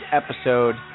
episode